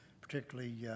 particularly